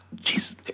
Jesus